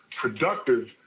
productive